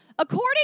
According